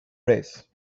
race